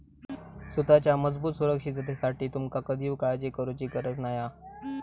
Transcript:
सुताच्या मजबूत सुरक्षिततेची तुमका कधीव काळजी करुची गरज नाय हा